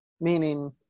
meaning